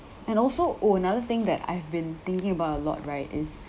and also oh another thing that I've been thinking about a lot right is